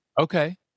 Okay